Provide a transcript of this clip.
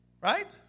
Right